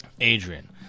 Adrian